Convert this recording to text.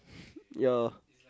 ya